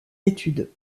études